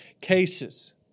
cases